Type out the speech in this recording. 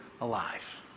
alive